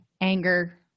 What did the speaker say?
Anger